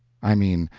i mean,